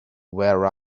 where